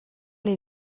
les